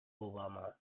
obama